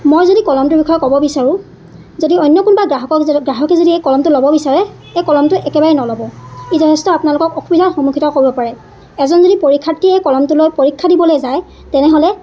মই যদি কলমটোৰ বিষয়ে ক'ব বিচাৰোঁ যদি অন্য কোনোবা গ্ৰাহকক গ্ৰাহকে যদি এই কলমটো ল'ব বিচাৰে এই কলমটো একেবাৰে নল'ব ই যথেষ্ট আপোনালোকক অসুবিধাৰ সন্মুখীন কৰিব পাৰে এজন যদি পৰীক্ষাৰ্থীয়ে এই কলমটো লৈ পৰীক্ষা দিবলৈ যায় তেনেহ'লে